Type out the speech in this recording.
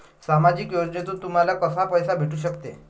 सामाजिक योजनेतून तुम्हाले कसा पैसा भेटू सकते?